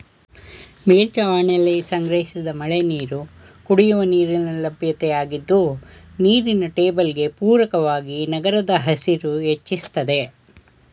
ಮೇಲ್ಛಾವಣಿಲಿ ಸಂಗ್ರಹಿಸಿದ ಮಳೆನೀರು ಕುಡಿಯುವ ನೀರಿನ ಲಭ್ಯತೆಯಾಗಿದ್ದು ನೀರಿನ ಟೇಬಲ್ಗೆ ಪೂರಕವಾಗಿ ನಗರದ ಹಸಿರು ಹೆಚ್ಚಿಸ್ತದೆ